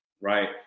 right